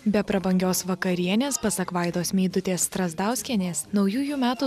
be prabangios vakarienės pasak vaidos meidutės strazdauskienės naujųjų metų